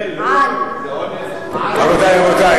הערבים או היהודים?